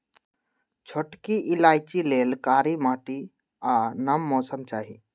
छोटकि इलाइचि लेल कारी माटि आ नम मौसम चाहि